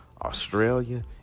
Australia